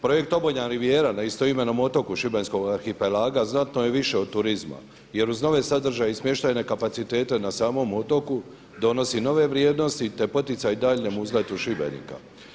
Projekt Obonjan rivijera na istoimenom otoku šibenskog arhipelaga znatno je više od turizma jer uz nove sadržaje i smještajne kapacitete na samom otoku donosi nove vrijednosti te poticaj daljnjem uzletu Šibenika.